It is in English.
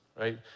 Right